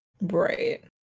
Right